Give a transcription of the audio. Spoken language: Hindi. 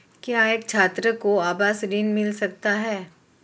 क्या एक छात्र को आवास ऋण मिल सकता है?